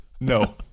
no